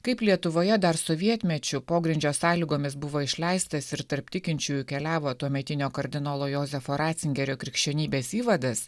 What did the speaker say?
kaip lietuvoje dar sovietmečiu pogrindžio sąlygomis buvo išleistas ir tarp tikinčiųjų keliavo tuometinio kardinolo jozefo ratzingerio krikščionybės įvadas